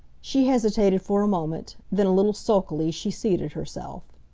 she hesitated for a moment, then a little sulkily she seated herself.